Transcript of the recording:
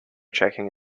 checking